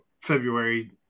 February